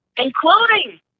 Including